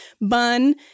bun